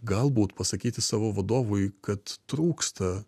galbūt pasakyti savo vadovui kad trūksta